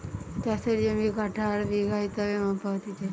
চাষের জমি কাঠা আর বিঘা হিসেবে মাপা হতিছে